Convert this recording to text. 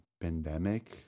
pandemic